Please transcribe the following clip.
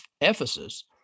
Ephesus